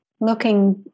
looking